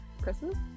christmas